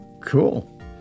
Cool